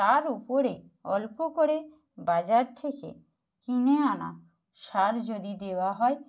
তার ওপরে অল্প করে বাজার থেকে কিনে আনা সার যদি দেওয়া হয়